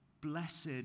blessed